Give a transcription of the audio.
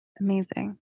Amazing